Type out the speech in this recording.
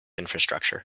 infrastructure